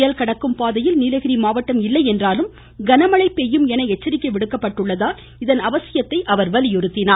புயல் கடக்கும் பாதையில் நீலகிரி மாவட்டம் இல்லை என்றாலும் கனமழை பெய்யும் என எச்சரிக்கை விடுக்கப்பட்டுள்ளதால் இதன் அவசியத்தை அவர் வலியுறுத்தியுள்ளார்